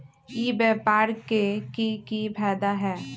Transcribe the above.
ई व्यापार के की की फायदा है?